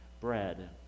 bread